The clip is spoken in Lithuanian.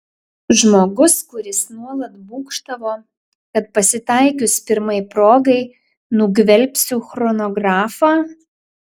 žmogus kuris nuolat būgštavo kad pasitaikius pirmai progai nugvelbsiu chronografą